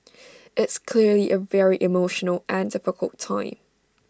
it's clearly A very emotional and difficult time